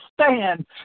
stand